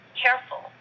careful